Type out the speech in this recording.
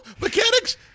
mechanics